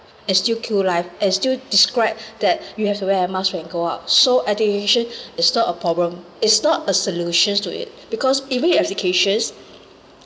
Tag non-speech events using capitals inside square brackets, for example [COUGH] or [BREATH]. is still kill life is still describe [BREATH] that you have to wear a mask when you go out so education [BREATH] is not a problem is not a solutions to it because even with educations